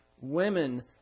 women